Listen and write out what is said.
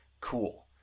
cool